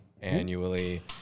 annually